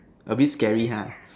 a bit scary ha